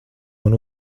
man